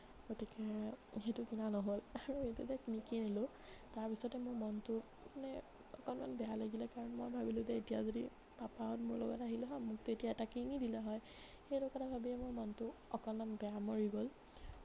গতিকে সেইটো কিনা নহ'ল আৰু সেইটো যে নিকিনিলোঁ তাৰ পিছতে মোৰ মনটো মানে অকণমান বেয়া লাগিলে কাৰণ মই ভাবিলোঁ যে এতিয়া যদি পাপাহঁত মোৰ লগত আহিলে হয় মোক তেতিয়া এটা কিনি দিলে হয় সেইটো কথা ভাবিয়েই মোৰ মনটো অকণমান বেয়া মৰি গ'ল